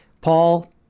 Paul